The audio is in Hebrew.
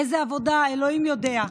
איזו עבודה, אלוהים יודע.